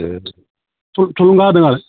थुलुंगा होदों आरो